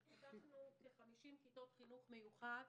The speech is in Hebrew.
פתחנו כ-50 כיתות חינוך מיוחד,